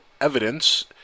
evidence